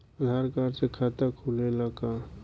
आधार card से खाता खुले ला का?